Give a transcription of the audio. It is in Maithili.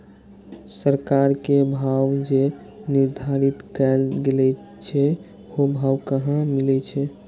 सरकार के भाव जे निर्धारित कायल गेल छै ओ भाव कहाँ मिले छै?